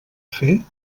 fer